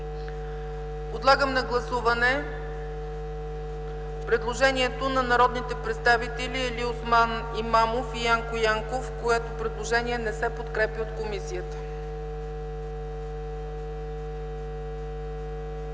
Подлагам на гласуване предложението на народните представители Алиосман Имамов и Янко Янков, което предложение не се подкрепя от комисията.